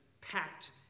packed